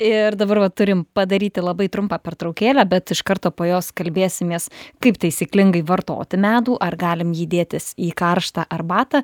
ir dabar va turim padaryti labai trumpą pertraukėlę bet iš karto po jos kalbėsimės kaip taisyklingai vartoti medų ar galim jį dėtis į karštą arbatą